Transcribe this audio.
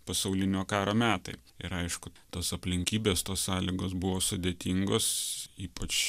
pasaulinio karo metai ir aišku tos aplinkybės tos sąlygos buvo sudėtingos ypač